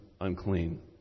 unclean